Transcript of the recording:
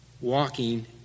walking